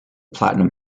platinum